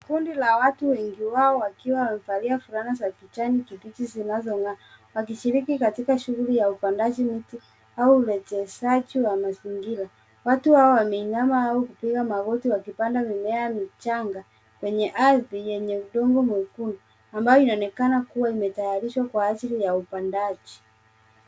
Kundi la watu wengi wao wakiwa wamevalia fulana za kijani kibichi zinazong'aa wakishiriki katika shughuli ya upandaji miti au urejeshaji wa mazingira. Watu hawa wameinama au kupiga magoti wakipanda mimea michanga kwenye ardhi yenye udongo mwekundu ambayo inaonekana kuwa imetayarishwa kwa ajili ya upandaji.